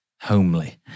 Homely